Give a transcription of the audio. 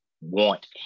want